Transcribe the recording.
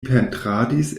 pentradis